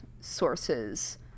sources